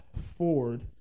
Ford